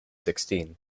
sixteen